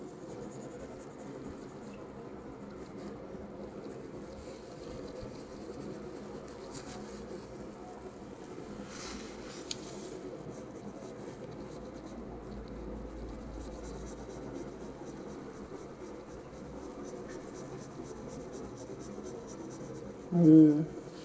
mm